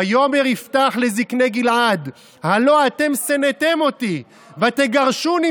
ויאמר יפתח לזקני גלעד הלא אתם שנאתם אותי ותגרשוני